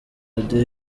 radio